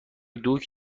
دوگ